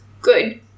Good